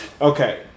Okay